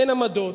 אין עמדות,